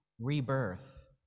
rebirth